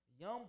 young